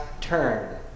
turn